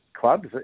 clubs